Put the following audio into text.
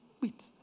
wait